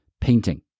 Painting